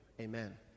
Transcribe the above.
amen